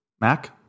Mac